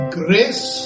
grace